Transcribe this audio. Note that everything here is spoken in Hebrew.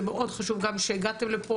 זה מאוד חשוב גם שהגעתם לפה,